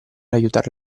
aiutare